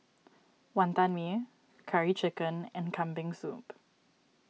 Wantan Mee Curry Chicken and Kambing Soup